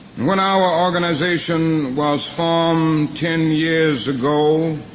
when our organization was formed ten years ago,